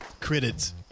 credits